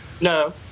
No